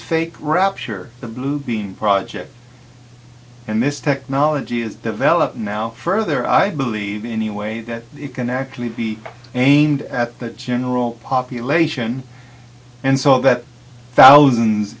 fake rapture the blue beam project and this technology is developed now further i believe any way that it can actually be aimed at the general population and so that thousands